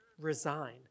resign